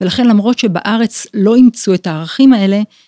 ולכן למרות שבארץ לא אימצו את הערכים האלה.